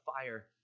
fire